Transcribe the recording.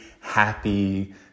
happy